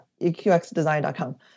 EQXdesign.com